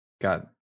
God